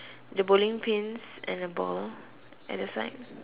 the bowling pins and the ball at the side